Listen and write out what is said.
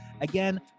Again